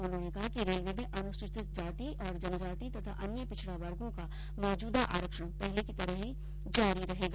उन्होंने कहा कि रेलवे में अनुसूचित जाति और जनजाति तथा अन्य पिछड़ा वर्गो का मौजूदा आरक्षण पहले की तरह जारी रहेगा